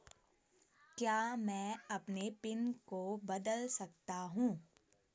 क्या मैं अपने पिन को बदल सकता हूँ?